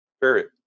period